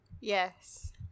Yes